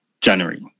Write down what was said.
January